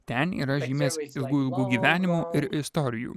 ten yra žymės ilgųjų gyvenimų ir istorijų